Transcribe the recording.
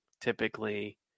typically